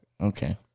okay